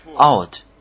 out